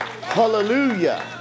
Hallelujah